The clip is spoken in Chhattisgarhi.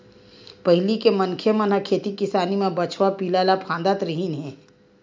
पहिली के मनखे मन ह खेती किसानी म बछवा पिला ल फाँदत रिहिन हे